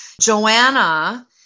Joanna